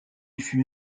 fut